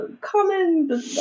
common